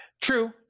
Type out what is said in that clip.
True